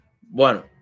Bueno